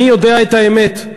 אני יודע את האמת.